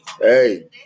Hey